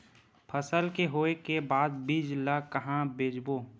फसल के होय के बाद बीज ला कहां बेचबो?